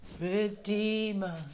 redeemer